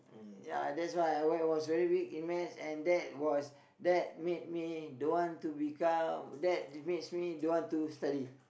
ya that's why I was was very weak in maths and that was that made me don't want to become that makes me don't want to study